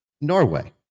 Norway